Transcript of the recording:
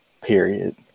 Period